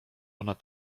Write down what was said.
ona